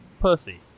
pussy